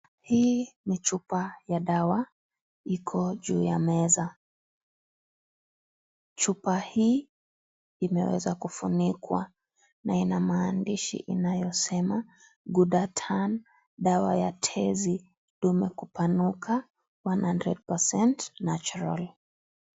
Hii ni chupa ya dawa iko juu ya meza, chupa hii imeweza kufunikwa na ina maandishi inayosema GHUDATUN, dawa ya tezi dume kupanuka 100% natural.